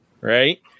right